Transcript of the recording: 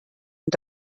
und